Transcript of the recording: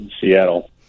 Seattle